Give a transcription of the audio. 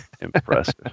Impressive